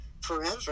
forever